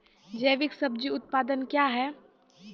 जैविक सब्जी उत्पादन क्या हैं?